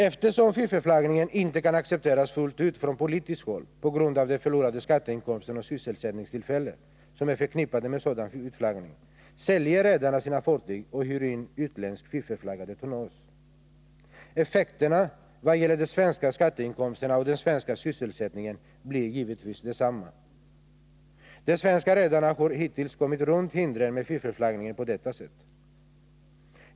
Eftersom fiffelflaggningen inte kan accepteras fullt ut från politiskt håll, på grund av de förlorade skatteinkomster och sysselsättningstillfällen som är förknippade med sådan utflaggning, säljer redarna sina fartyg och hyr in utländskt fiffelflaggat tonnage. Effekterna vad gäller de svenska skatteinkomsterna och den svenska sysselsättningen blir givetvis desamma. De svenska redarna har hittills kommit runt hindren med fiffelflaggning på detta sätt.